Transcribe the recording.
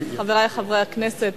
חברי חברי הכנסת,